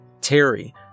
Terry